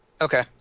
Okay